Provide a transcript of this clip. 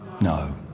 No